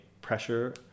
pressure